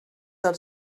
del